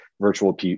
virtual